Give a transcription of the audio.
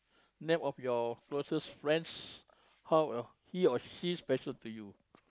name of your closest friends how your he or she special to you